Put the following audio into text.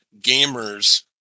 gamers